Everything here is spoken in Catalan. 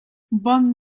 bon